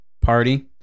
party